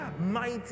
mighty